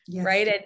Right